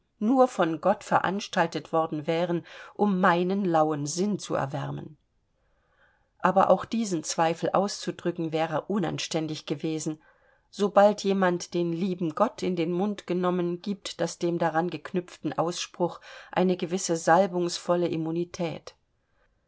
nur von gott veranstaltet worden wären um meinen lauen sinn zu erwärmen aber auch diesen zweifel auszudrücken wäre unanständig gewesen sobald jemand den lieben gott in den mund genommen gibt das den daran geknüpften ausspruch eine gewisse salbungsvolle immunität